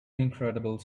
incredible